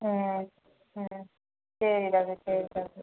ம் ம் சரிங்க டாக்டர் சரிங்க டாக்டர்